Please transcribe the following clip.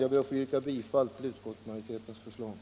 Jag ber att få yrka bifall till utskottets hemställan.